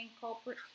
culprit